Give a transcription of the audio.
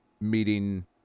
meeting